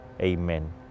Amen